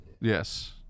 Yes